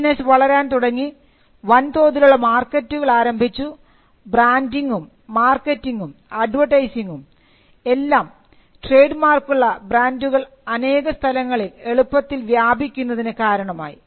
business വളരാൻ തുടങ്ങി വൻതോതിലുള്ള മാർക്കറ്റുകൾ ആരംഭിച്ചു ബ്രാൻഡിംഗും മാർക്കറ്റിംഗും അഡ്വർടൈസിംഗും എല്ലാം ട്രേഡ് മാർക്കുള്ള ബ്രാൻഡുകൾ അനേകം സ്ഥലങ്ങളിൽ എളുപ്പത്തിൽ വ്യാപിക്കുന്നതിന് കാരണമായി